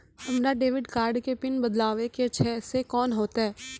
हमरा debit card के PIN बदलबावै के छैं से कौन होतै?